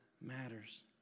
matters